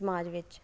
समाज बिच